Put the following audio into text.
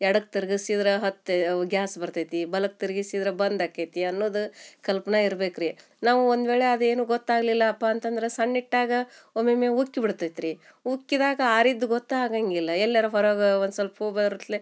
ಎಡಕ್ಕೆ ತಿರ್ಗಿಸಿದ್ರೆ ಹತ್ತಿ ಅವು ಗ್ಯಾಸ್ ಬರ್ತೈತಿ ಬಲಕ್ಕೆ ತಿರ್ಗಿಸಿದ್ರೆ ಬಂದ್ ಆಕೈತಿ ಅನ್ನೋದರ ಕಲ್ಪ್ನೆ ಇರ್ಬೇಕು ರೀ ನಾವು ಒಂದು ವೇಳೆ ಅದು ಏನೂ ಗೊತ್ತಾಗಲಿಲ್ಲಪ್ಪ ಅಂತಂದ್ರೆ ಸಣ್ಣ ಇಟ್ಟಾಗ ಒಮ್ಮೊಮ್ಮೆ ಉಕ್ಕಿ ಬಿಡ್ತೈತೆ ರೀ ಉಕ್ಕಿದಾಗ ಆರಿದ್ದು ಗೊತ್ತಾಗೋಂಗಿಲ್ಲ ಎಲ್ಲಾರ ಹೊರಗೆ ಒಂದು ಸಲ್ಪ ಹೋಗಿ ಬರುತ್ಲೇ